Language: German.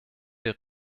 der